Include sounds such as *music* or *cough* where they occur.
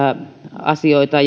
asioita *unintelligible*